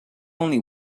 only